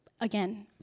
again